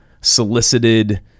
solicited